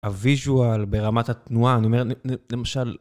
הוויז'ואל ברמת התנועה, אני אומר, למשל...